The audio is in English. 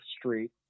street